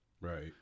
Right